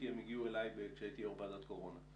כי הן הגיעו כשהייתי יו"ר ועדת קורונה.